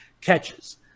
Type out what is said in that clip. catches